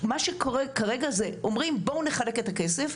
מה שקורה כרגע, זה אומרים בואו נחלק את הכסף.